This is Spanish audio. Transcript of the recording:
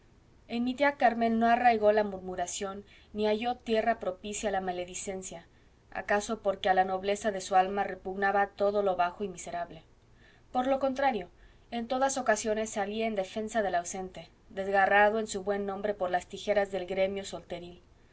tía carmen no arraigó la murmuración ni halló tierra propicia la maledicencia acaso porque a la nobleza de su alma repugnaba todo lo bajo y miserable por lo contrario en todas ocasiones salía en defensa del ausente desgarrado en su buen nombre por las tijeras del gremio solteríl